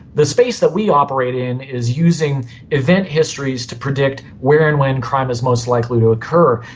the space that we operate in is using event histories to predict where and when crime is most likely to occur,